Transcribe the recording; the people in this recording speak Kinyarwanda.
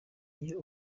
iyo